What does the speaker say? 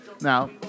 Now